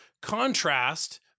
contrast